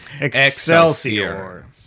excelsior